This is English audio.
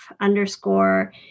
underscore